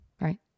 Right